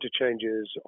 interchanges